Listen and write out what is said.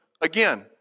Again